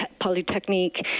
polytechnique